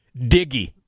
Diggy